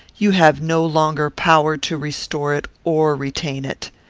you have no longer power to restore it or retain it.